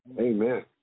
Amen